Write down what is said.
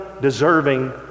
deserving